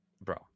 bro